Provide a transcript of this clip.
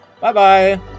Bye-bye